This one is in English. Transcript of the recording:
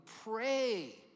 pray